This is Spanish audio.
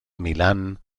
milán